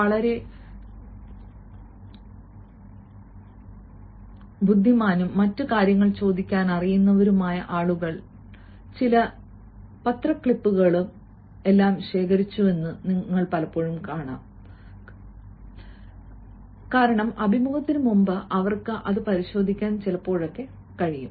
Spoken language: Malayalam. വളരെ ബുദ്ധിമാനും മറ്റ് കാര്യങ്ങൾ ചോദിക്കാൻ അറിയുന്നവരുമായ ആളുകൾ ചില പത്രം ക്ലിപ്പുകൾ ക്ലിപ്പിംഗുകളും എല്ലാം ശേഖരിച്ചുവെന്ന് കാണാം കാരണം അഭിമുഖത്തിന് മുമ്പ് അവർക്ക് അത് പരിശോധിക്കാൻ കഴിയും